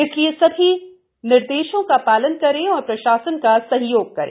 इसलिए सभी निर्देशों का पालन करें और प्रशासन का सहयोग करें